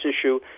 issue